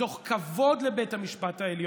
מתוך כבוד לבית המשפט העליון,